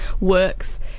works